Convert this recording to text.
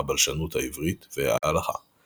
הבלשנות העברית וההלכה;